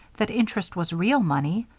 that interest was real money.